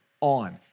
on